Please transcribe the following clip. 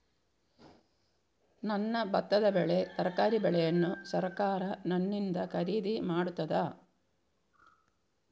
ನನ್ನ ಭತ್ತದ ಬೆಳೆ, ತರಕಾರಿ ಬೆಳೆಯನ್ನು ಸರಕಾರ ನನ್ನಿಂದ ಖರೀದಿ ಮಾಡುತ್ತದಾ?